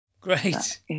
great